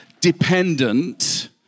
dependent